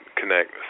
connect